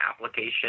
application